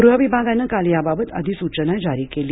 गृह विभागाने काल याबाबत अधिसूचना जारी केली